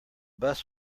bus